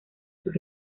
sus